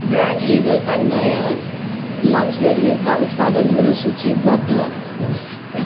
brand हेजलका नयाँ launch गरिएका उत्पादनहरू सूचीबद्ध गर्नुहोस् र